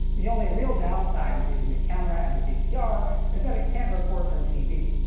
the only real downside with using the camera as a vcr is that it can't record from tv,